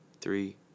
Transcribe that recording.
three